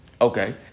Okay